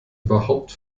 überhaupt